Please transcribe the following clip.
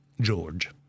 George